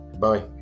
Bye